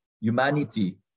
humanity